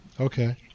okay